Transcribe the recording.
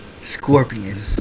Scorpion